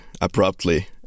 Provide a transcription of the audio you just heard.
abruptly